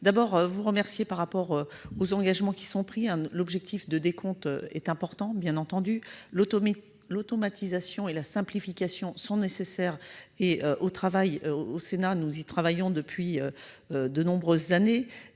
imparti ! Je me félicite des engagements qui sont pris. L'objectif de décompte est important. L'automatisation et la simplification sont nécessaires. Au Sénat, nous y travaillons depuis de nombreuses années.